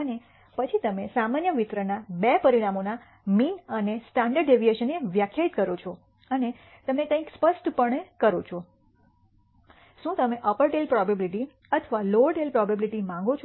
અને પછી તમે સામાન્ય વિતરણના બે પરિમાણોના મીન અને સ્ટાન્ડર્ડ ડેવિએશન ને વ્યાખ્યાયિત કરો છો અને તમે કંઈક સ્પષ્ટ પણ કરો છો શું તમે અપર ટેઈલ પ્રોબેબીલીટી અથવા લોઅર ટેઈલ પ્રોબેબીલીટી માંગો છો